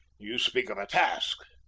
you speak of a task.